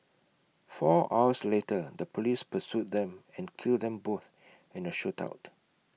four hours later the Police pursued them and killed them both in A shootout